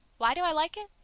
why do i like it?